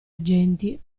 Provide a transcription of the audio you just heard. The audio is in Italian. agenti